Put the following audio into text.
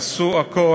עשו הכול,